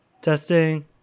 Testing